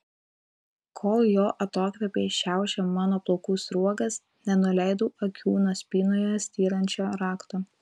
kol jo atokvėpiai šiaušė mano plaukų sruogas nenuleidau akių nuo spynoje styrančio rakto